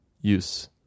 use